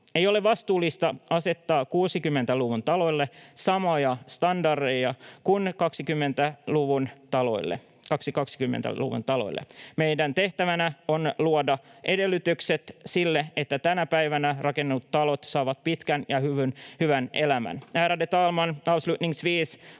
Ei ole vastuullista asettaa 60-luvun taloille samoja standardeja kuin 2020-luvun taloille. Meidän tehtävänä on luoda edellytykset sille, että tänä päivänä rakennetut talot saavat pitkän ja hyvän elämän.